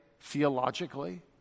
theologically